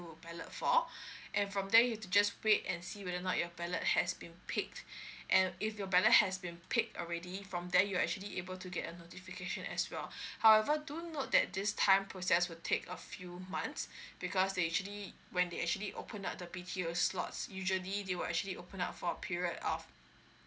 ballot for and from there you just wait and see whether not your ballot has been pick and if your ballot has been pick already from there you actually able to get a notification as well however do note that this time process will take a few months because they actually when they actually open up the B_T_O slots usually they will actually open up for a period of